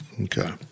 Okay